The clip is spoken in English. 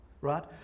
right